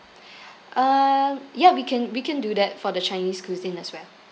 uh ya we can we can do that for the chinese cuisine as well